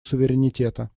суверенитета